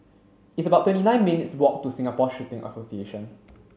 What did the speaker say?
it's about twenty nine minutes' walk to Singapore Shooting Association